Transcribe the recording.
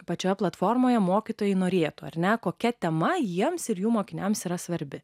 pačioje platformoje mokytojai norėtų ar ne kokia tema jiems ir jų mokiniams yra svarbi